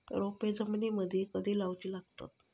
रोपे जमिनीमदि कधी लाऊची लागता?